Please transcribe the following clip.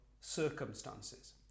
circumstances